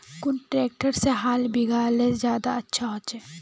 कुन ट्रैक्टर से हाल बिगहा ले ज्यादा अच्छा होचए?